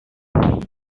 one